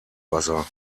wasser